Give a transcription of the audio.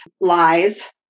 lies